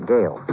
Gail